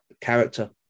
character